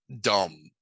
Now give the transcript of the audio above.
dumb